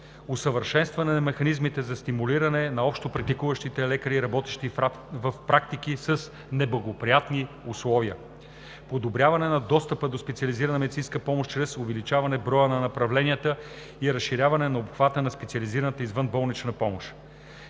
усъвършенстване на механизмите за стимулиране на общопрактикуващите лекари, работещи в практики с неблагоприятни условия; - подобряване на достъпа до специализирана медицинска помощ чрез увеличаване броя на направленията и разширяване на обхвата на специализираната извънболнична помощ;